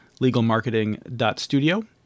legalmarketing.studio